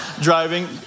Driving